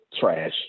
trash